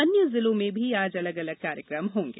अन्य जिलों में भी आज अलग अलग कार्यकम होंगे